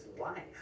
life